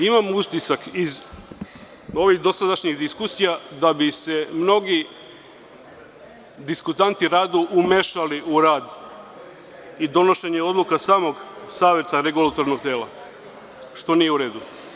Imam utisak, iz ovih dosadašnjih diskusija, da bi se mnogi diskutanti rado umešali u rad i donošenje odluka samog Saveta Regulatornog tela, što nije u redu.